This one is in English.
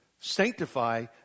sanctify